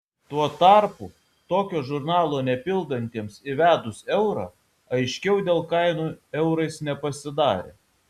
tuo tarpu tokio žurnalo nepildantiems įvedus eurą aiškiau dėl kainų eurais nepasidarė